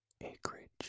Acreage